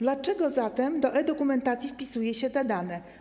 Dlaczego zatem do e-dokumentacji wpisuje się te dane?